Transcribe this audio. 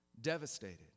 Devastated